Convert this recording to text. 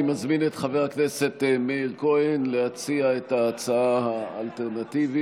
אני מזמין את חבר הכנסת מאיר כהן להציע את ההצעה האלטרנטיבית